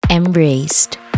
Embraced